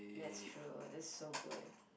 that's true that's so good